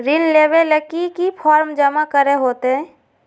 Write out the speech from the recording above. ऋण लेबे ले की की फॉर्म जमा करे होते?